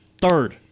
Third